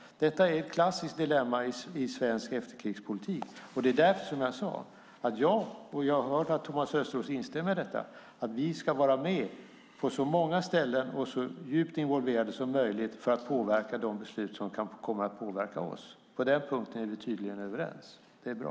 Detta är ett klassiskt dilemma i svensk efterkrigspolitik. Därför sade jag - och jag har hört att Thomas Östros instämmer i detta - att vi ska vara med på så många ställen som möjligt och vara så djupt involverade som möjligt för att påverka de beslut som kommer att påverka oss. På den punkten är vi tydligen överens. Det är bra.